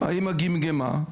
האמא גמגמה,